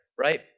right